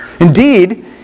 Indeed